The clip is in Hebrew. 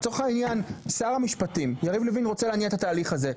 לצורך העניין שר המשפטים יריב לוין רוצה להניע את ההליך הזה,